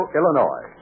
Illinois